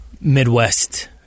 Midwest